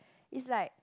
it's like